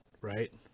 right